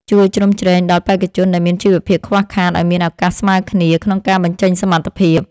ជួយជ្រោមជ្រែងដល់បេក្ខជនដែលមានជីវភាពខ្វះខាតឱ្យមានឱកាសស្មើគ្នាក្នុងការបញ្ចេញសមត្ថភាព។